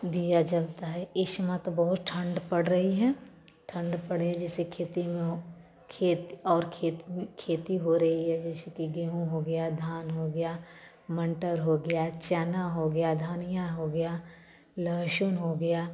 दीया जलता है इस समय तो बहुत ठण्ड पड़ रही है ठण्ड पड़ रही है जैसे खेती में हो खेत और खेत में खेती हो रही है जैसे कि गेहूँ हो गया धान हो गया मटर हो गया चना हो गया धनिया हो गया लहसुन हो गया